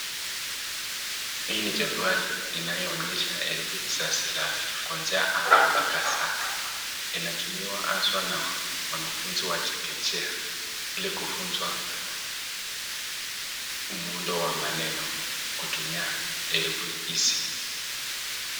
Hii ni jedwali inayoonyesha herufi za silabi kuanzia Aa mpaka za, inatumiwa haswa na wanafunzi wa chekechea ili kufunzwa muundo wa maneno kutumia herufi hizi.